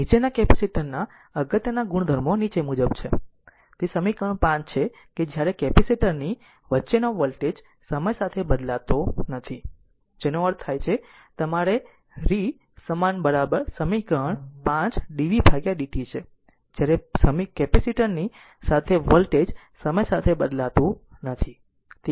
તેથી નીચેના કેપેસિટર ના અગત્યના ગુણધર્મો નીચે મુજબ છે તે સમીકરણ 5 છે કે જ્યારે કેપેસિટર ની વચ્ચેનો વોલ્ટેજ સમય સાથે બદલાતો નથી જેનો અર્થ થાય છે ત્યારે રી સમાન બરાબર સમીકરણ 5 dv dt છે જ્યારે કેપેસિટર ની સાથે વોલ્ટેજ સમય સાથે બદલાતું નથી